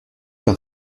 par